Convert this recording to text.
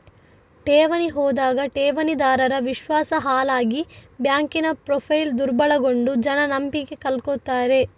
ಠೇವಣಿ ಹೋದಾಗ ಠೇವಣಿದಾರರ ವಿಶ್ವಾಸ ಹಾಳಾಗಿ ಬ್ಯಾಂಕಿನ ಪ್ರೊಫೈಲು ದುರ್ಬಲಗೊಂಡು ಜನ ನಂಬಿಕೆ ಕಳ್ಕೊತಾರೆ